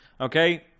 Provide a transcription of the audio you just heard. Okay